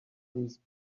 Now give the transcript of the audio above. these